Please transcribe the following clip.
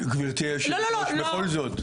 גברתי היו"ר, בכל זאת.